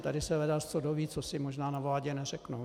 Tady se ledasco dozvědí, co si možná na vládě neřeknou.